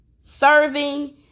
serving